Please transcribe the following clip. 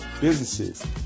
Businesses